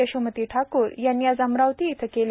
यशोमती ठाकूर यांनी आज अमरावती इथं दिले